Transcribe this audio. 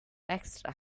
extra